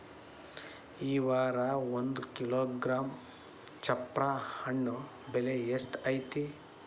ಈ ವಾರ ಒಂದು ಕಿಲೋಗ್ರಾಂ ಚಪ್ರ ಹಣ್ಣ ಬೆಲೆ ಎಷ್ಟು ಐತಿ?